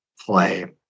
play